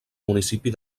municipi